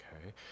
Okay